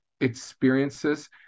experiences